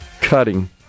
cutting